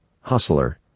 Hustler